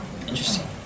Interesting